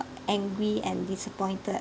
angry and disappointed